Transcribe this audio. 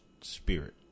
spirit